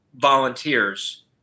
volunteers